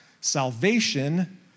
Salvation